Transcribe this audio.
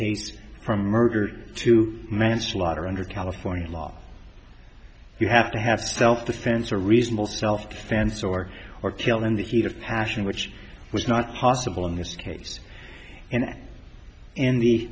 paste from murder to manslaughter under california law you have to have self defense or reasonable self defense or or kill in the heat of passion which was not possible in this case and in the